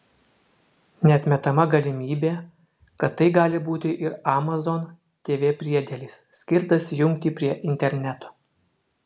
neatmetama galimybė kad tai gali būti ir amazon tv priedėlis skirtas jungti prie interneto